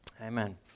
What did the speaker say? Amen